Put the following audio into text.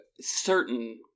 certain